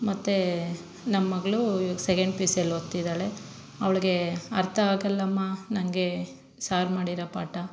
ಮತ್ತು ನಮ್ಮ ಮಗಳು ಇವಾಗ ಸೆಕೆಂಡ್ ಪಿ ಯು ಸೆಲಿ ಓದ್ತಿದ್ದಾಳೆ ಅವ್ಳಿಗೆ ಅರ್ಥ ಆಗಲ್ಲಮ್ಮಾ ನನಗೆ ಸಾರ್ ಮಾಡಿರೊ ಪಾಠ